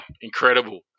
incredible